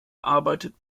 arbeitet